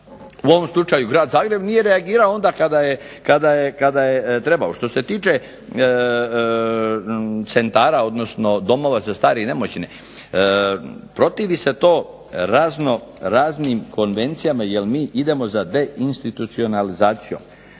u ovom slučaju grad Zagreb nije reagirao onda kada je trebao. Što se tiče centara, odnosno domova za starije i nemoćne. Protivi se to raznoraznim konvencijama, jer mi idemo za te institucionalizacije.